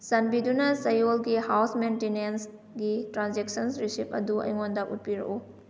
ꯆꯥꯟꯕꯤꯗꯨ ꯆꯌꯣꯜꯒꯤ ꯍꯥꯎꯁ ꯃꯦꯟꯇꯤꯅꯦꯟꯁꯒꯤ transactions receipt ꯑꯗꯨ ꯑꯩꯉꯣꯟꯗ ꯎꯠꯄꯤꯔꯛꯎ